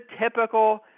typical